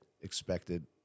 expected